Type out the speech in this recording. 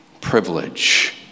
Privilege